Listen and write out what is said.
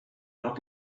not